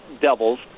devils